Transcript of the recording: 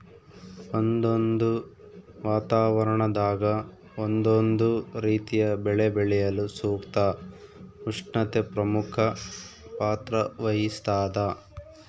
ಒಂದೊಂದು ವಾತಾವರಣದಾಗ ಒಂದೊಂದು ರೀತಿಯ ಬೆಳೆ ಬೆಳೆಯಲು ಸೂಕ್ತ ಉಷ್ಣತೆ ಪ್ರಮುಖ ಪಾತ್ರ ವಹಿಸ್ತಾದ